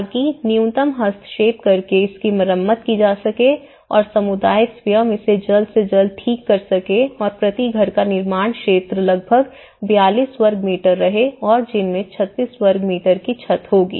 ताकि न्यूनतम हस्तक्षेप करके इसकी मरम्मत की जा सके और समुदाय स्वयं इसे जल्द से जल्द ठीक कर सके और प्रति घर का निर्माण क्षेत्र लगभग 42 वर्ग मीटर रहे और जिनमें 36 वर्ग मीटर की छत होगी